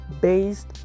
based